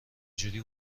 جوری